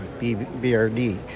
BRD